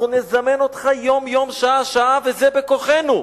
אנחנו נזמן אותך יום-יום, שעה-שעה, וזה בכוחנו.